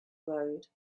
road